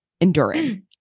enduring